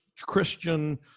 Christian